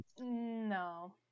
No